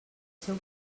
seu